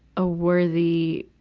a worthy,